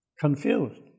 confused